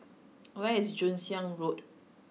where is Joon Hiang Road